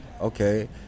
Okay